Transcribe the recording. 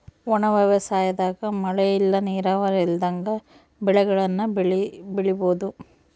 ಒಣ ವ್ಯವಸಾಯದಾಗ ಮಳೆ ಇಲ್ಲ ನೀರಾವರಿ ಇಲ್ದಂಗ ಬೆಳೆಗುಳ್ನ ಬೆಳಿಬೋಒದು